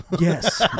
Yes